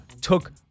took